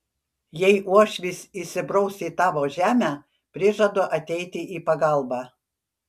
jei uošvis įsibraus į tavo žemę prižadu ateiti į pagalbą